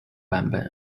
版本